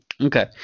Okay